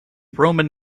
roman